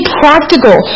practical